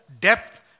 depth